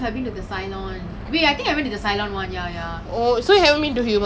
damn fun lah like !wah! நான் ரொம்ப:naan romba miss பன்னேன்:pannen lah I want to go again lah